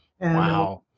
Wow